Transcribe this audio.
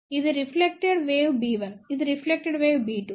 ఇది reflected wave b1 ఇది reflected wave b2